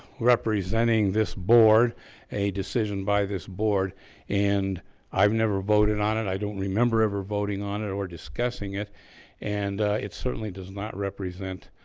representing this board a decision by this board and i've never voted on it. i don't remember ever voting on it or discussing it and it certainly does not represent